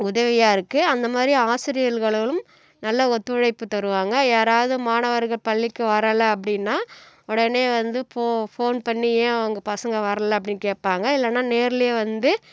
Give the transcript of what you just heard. உதவியாக இருக்குது அந்த மாதிரி ஆசிரியர்களும் நல்ல ஒத்துழைப்பு தருவாங்க யாராவது மாணவர்கள் பள்ளிக்கு வரலை அப்படின்னா உடனே வந்து ஃபோ ஃபோன் பண்ணி ஏன் அவங்க பசங்க வரல அப்படின் கேட்பாங்க இல்லைன்னா நேரில் வந்து